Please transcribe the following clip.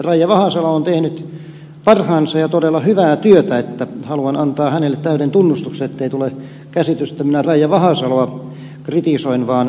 raija vahasalo on tehnyt parhaansa ja todella hyvää työtä ja haluan antaa hänelle täyden tunnustuksen ettei tule käsitystä että minä raija vahasaloa kritisoin